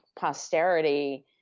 posterity